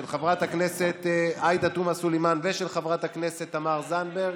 של חברת הכנסת עאידה תומא סלימאן ושל חברת הכנסת תמר זנדברג.